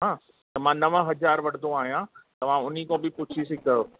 हा त मां नव हज़ार वठंदो आहियां तव्हां उन्हीअ खां बि पुछी सघंदव